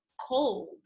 cold